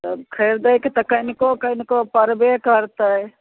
तब खरिदैके तऽ कनिको कनिको पड़बे करतै